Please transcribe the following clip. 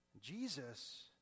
Jesus